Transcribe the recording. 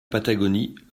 patagonie